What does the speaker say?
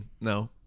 No